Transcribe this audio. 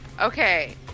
Okay